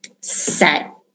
set